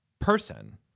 person